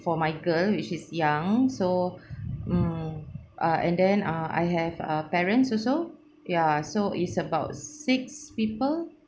for my girl which is young so mm uh and then ah I have uh parents also ya so is about six people